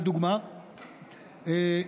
לדוגמה,